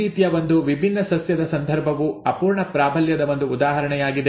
ಈ ರೀತಿಯ ಒಂದು ವಿಭಿನ್ನ ಸಸ್ಯದ ಸಂದರ್ಭವು ಅಪೂರ್ಣ ಪ್ರಾಬಲ್ಯದ ಒಂದು ಉದಾಹರಣೆಯಾಗಿದೆ